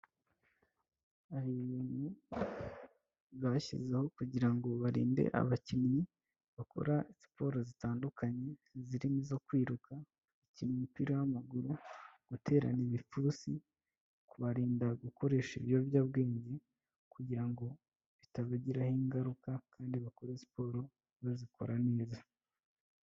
Hari ibintu bashyizeho kugira ngo barinde abakinnyi bakora siporo zitandukanye zirimo: izo kwiruka, bakina umupira w'amaguru, guterana ibipfunsi kubarinda gukoresha ibiyobyabwenge kugira ngo bitabagiraho ingaruka kandi bakora siporo bazikora neza.